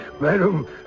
Madam